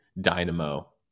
dynamo